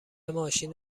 ماشین